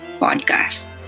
podcast